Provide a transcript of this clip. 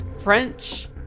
French